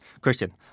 Christian